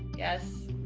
yes.